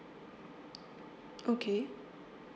okay